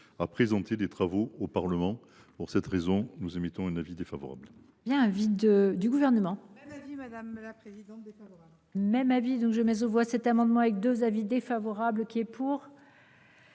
à présenter des travaux au Parlement. Pour cette raison, nous émettons un avis défavorable.